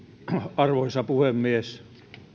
arvoisa puhemies